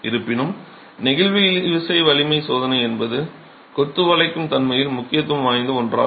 இருப்பினும் நெகிழ்வு இழுவிசை வலிமை சோதனை என்பது கொத்து வளைக்கும் தன்மையில் முக்கியத்துவம் வாய்ந்த ஒன்றாகும்